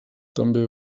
també